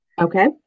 Okay